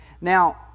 Now